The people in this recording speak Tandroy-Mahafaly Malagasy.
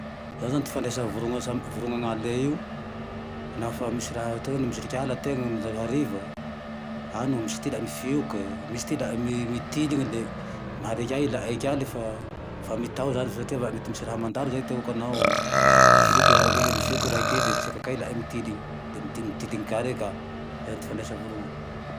Zao zane ty fifandraisa vorogne samy vorogne anala e io, naho fa misy raha teo misiriky ala tena na mijanony hariva, agne misy ty ilae mifioky e, misy ty ilae mitiliny le mariky ka i ka lefa fa mitao fa mety misy raha mandalo zay ty ao kanao ifiovy raike de tseka ka ty ilae mitiliny, le mitilitiligny ka re ka zay ty ifandraisa vorogne io.